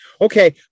Okay